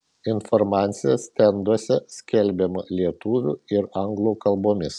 informacija stenduose skelbiama lietuvių ir anglų kalbomis